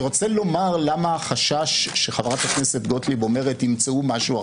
אני רוצה לומר למה החשש שחברת הכנסת גוטליב אומרת: ימצאו משהו אחר.